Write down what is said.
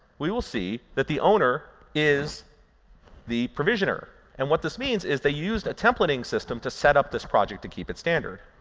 we will see that the owner is the provisioner. and what this means is they used a templating system to set up this project to keep it standard.